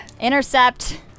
Intercept